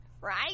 right